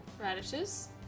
radishes